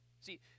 See